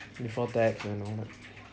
before that then no more